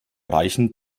reichen